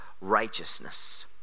righteousness